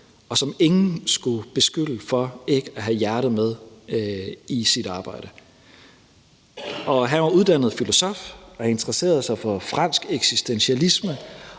og som ingen skulle beskylde for ikke have hjertet med i sit arbejde. Han var uddannet filosof og interesserede sig for fransk eksistentialisme